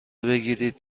بگیرید